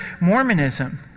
Mormonism